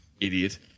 Idiot